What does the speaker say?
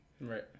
Right